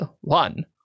One